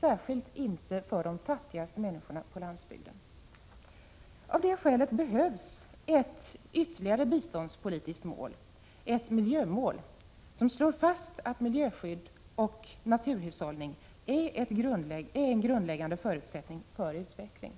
särskilt inte för de fattigaste människorna på landsbygden. Av det skälet behövs ett ytterligare biståndspolitiskt mål, ett miljömål, där det slås fast att miljöskydd och naturhushållning är en grundläggande förutsättning för utveckling.